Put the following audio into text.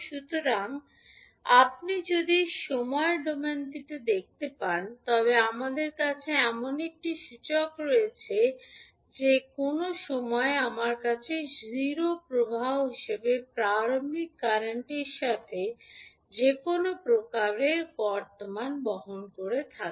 সুতরাং আপনি যদি সময় ডোমেনটিতে দেখতে পান তবে আমাদের কাছে এমন একটি সূচক রয়েছে যা যে কোনও সময়ে আমার কাছে 0 প্রবাহ হিসাবে প্রারম্ভিক কারেন্টের সাথে যে কোনও প্রকারের বর্তমান বহন করে থাকে